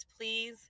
Please